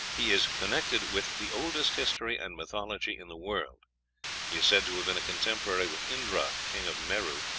he is connected with the oldest history and mythology in the world. he is said to have been a contemporary with indra, king of meru,